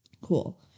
Cool